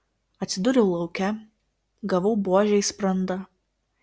atsidūriau lauke gavau buože į sprandą